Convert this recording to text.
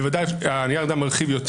ובוודאי נייר העמדה מרחיב יותר.